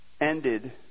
ended